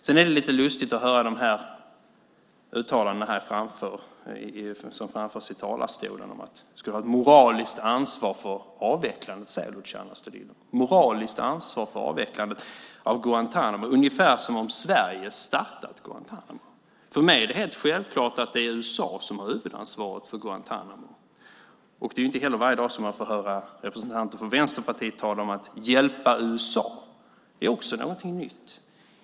Det är lite lustigt att höra Luciano Astudillos uttalande om att vi skulle ha ett moraliskt ansvar för avvecklandet av Guantánamo - ungefär som om Sverige startat Guantánamo. För mig är det helt självklart att det är USA som har huvudansvaret för Guantánamo. Det är inte heller varje dag man får höra representanter från Vänsterpartiet tala om att hjälpa USA. Det är också någonting nytt.